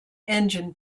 engine